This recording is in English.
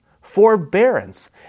forbearance